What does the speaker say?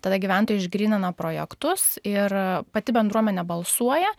tada gyventojai išgrynina projektus ir pati bendruomenė balsuoja